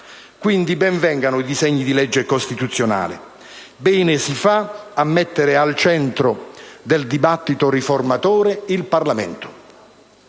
Quindi, ben vengano i disegni di legge costituzionale. Bene si fa a mettere al centro del dibattito riformatore il Parlamento,